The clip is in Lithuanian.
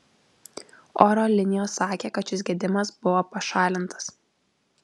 oro linijos sakė kad šis gedimas buvo pašalintas